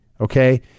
Okay